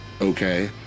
Okay